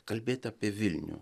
kalbėt apie vilnių